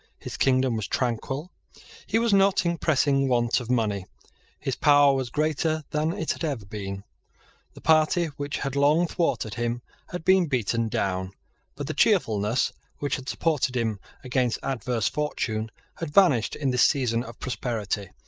his kingdom was tranquil he was not in pressing want of money his power was greater than it had ever been the party which had long thwarted him had been beaten down but the cheerfulness which had supported him against adverse fortune had vanished in this season of prosperity.